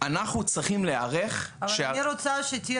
אנחנו צריכים להיערך ש --- אבל אני רוצה שתהיה